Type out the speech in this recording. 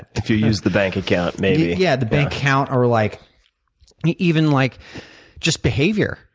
if you use the bank account maybe. yeah, the bank account or like even like just behavior,